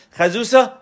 Chazusa